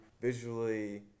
visually